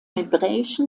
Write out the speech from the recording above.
hebräischen